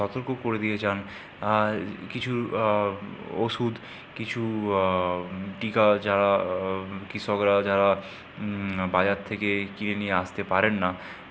সতর্ক করে দিয়ে যান কিছু ওষুধ কিছু টিকা যা কৃষকরা যারা বাজার থেকে কিনে নিয়ে আসতে পারেন না